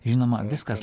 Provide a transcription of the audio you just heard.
žinoma viskas